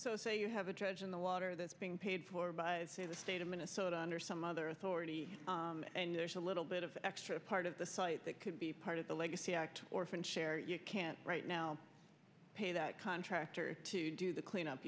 so say you have a judge in the water that's being paid for by the state of minnesota under some other authority and there's a little bit of extra part of the site that could be part of the legacy act or french air you can't right now pay that contractor to do the cleanup